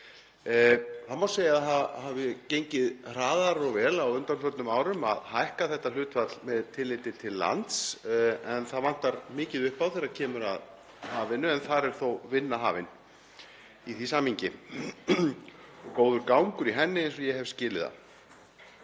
Það má segja að það hafi gengið hraðar og vel á undanförnum árum að hækka þetta hlutfall með tilliti til lands en það vantar mikið upp á þegar kemur að hafinu. Þar er þó vinna hafin í því samhengi og góður gangur í henni, eins og ég hef skilið það.